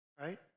right